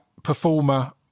performer